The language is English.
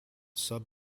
sub